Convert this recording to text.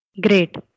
Great